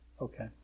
Okay